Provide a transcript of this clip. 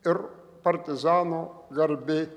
ir partizano garbė